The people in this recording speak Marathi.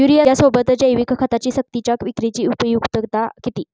युरियासोबत जैविक खतांची सक्तीच्या विक्रीची उपयुक्तता किती?